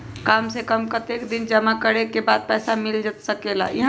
काम से कम कतेक दिन जमा करें के बाद पैसा वापस मिल सकेला?